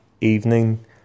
evening